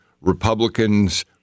Republicans